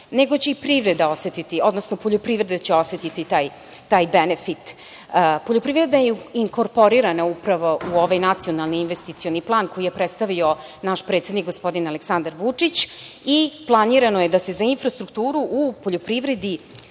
nego će i privreda osetiti, odnosno poljoprivreda će osetiti taj benefit. Poljoprivreda je inkorporirana upravo u ovaj nacionalni investicioni plan koji je predstavio naš predsednik, gospodin Aleksandar Vučić, i planirano je da se za infrastrukturu u poljoprivredi